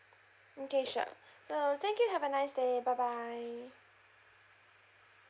okay sure so thank you have a nice day bye bye